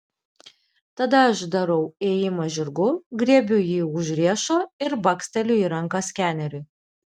tada aš darau ėjimą žirgu griebiu jį už riešo ir baksteliu į ranką skeneriu